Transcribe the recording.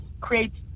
creates